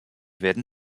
werden